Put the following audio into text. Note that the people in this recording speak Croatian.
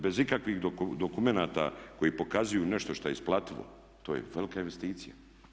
Bez ikakvih dokumenata koji pokazuju nešto što je isplativo, to je velika investicija.